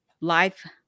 life